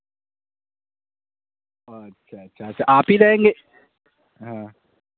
اچھا اچھا اچھا آپ ہی رہیں گے ہاں